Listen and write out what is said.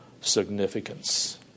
significance